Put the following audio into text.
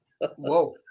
Whoa